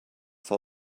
for